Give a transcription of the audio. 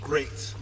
Great